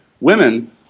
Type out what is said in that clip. women